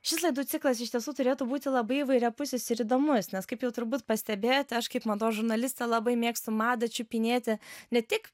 šis laidų ciklas iš tiesų turėtų būti labai įvairiapusis ir įdomus nes kaip jau turbūt pastebėjote aš kaip mados žurnalistė labai mėgstu madą čiupinėti ne tik